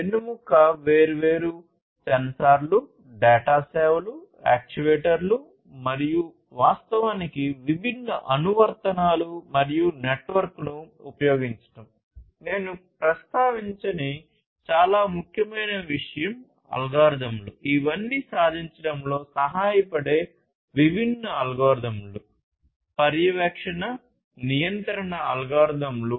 వెన్నెముక మరియు ఆప్టిమైజేషన్ కోసం అల్గోరిథంలు